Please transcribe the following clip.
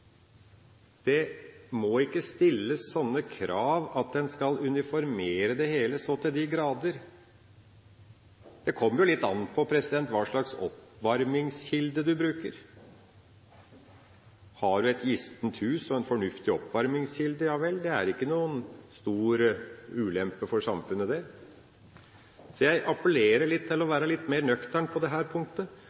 Det må ikke stilles sånne krav at en skal uniformere det hele så til de grader. Det kommer litt an på hva slags oppvarmingskilde man bruker. Har man et gissent hus og en fornuftig oppvarmingskilde, er ikke det noen stor ulempe for samfunnet. Så jeg appellerer til å være litt mer nøktern på dette punktet. Det